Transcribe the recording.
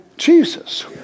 Jesus